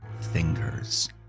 fingers